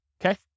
okay